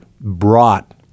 brought